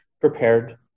prepared